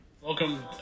Welcome